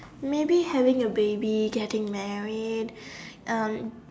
maybe having a baby getting married um